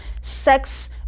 sex